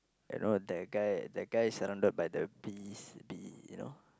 I know that guy that guy is surrounded by the bees bee you know